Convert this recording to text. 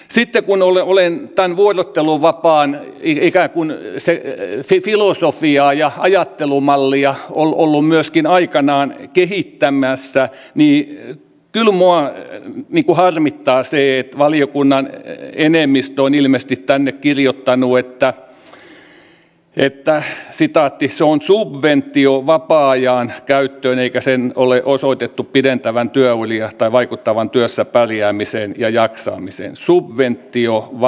sitten kun olen tämän vuorotteluvapaan ikään kuin filosofiaa ja ajattelumallia ollut myöskin aikanaan kehittämässä niin kyllä minua harmittaa se että valiokunnan enemmistö on ilmeisesti tänne kirjoittanut että se on subventio vapaa ajan käyttöön eikä sen ole osoitettu pidentävän työuria tai vaikuttavan työssä pärjäämiseen ja jaksamiseen subventio vapaa ajan käyttöön